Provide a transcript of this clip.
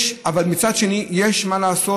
מצד שני, יש מה לעשות.